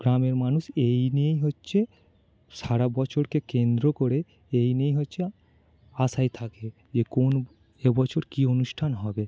গ্রামের মানুষ এই নিয়েই হচ্ছে সারা বছরকে কেন্দ্র করে এই নিয়েই হচ্ছে আশায় থাকে যে কোন এ বছর কী অনুষ্ঠান হবে